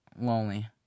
lonely